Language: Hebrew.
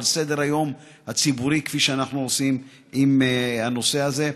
סדר-היום הציבורי כפי שאנחנו עושים עם הנושא הזה.